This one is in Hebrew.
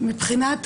מבחינת